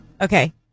Okay